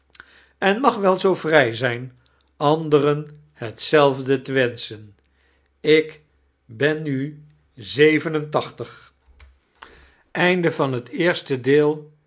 en mag wel zoo vrij zijn anderen hetzelfde te wenschen ik ben mi zeven en tachtig